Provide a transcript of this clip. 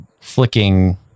flicking